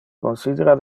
considera